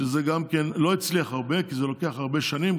שלא הצליח הרבה, כי זה לוקח הרבה שנים.